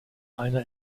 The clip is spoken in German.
einer